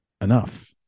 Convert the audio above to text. enough